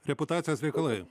reputacijos reikalai